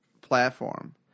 platform